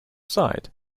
side